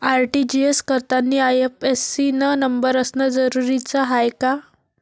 RTGS करतांनी IFSC न number असनं जरुरीच हाय का?